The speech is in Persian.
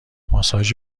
ماساژ